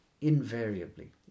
invariably